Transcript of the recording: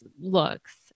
looks